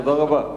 תודה רבה.